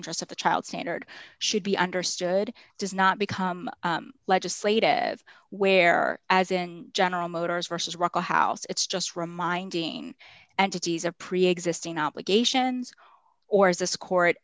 interest of the child standard should be understood does not become legislative where as in general motors versus rock a house it's just reminding and tities of preexisting obligations or is this court